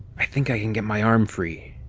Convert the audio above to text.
i think i can get my arm free,